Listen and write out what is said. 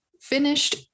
finished